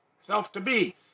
self-to-be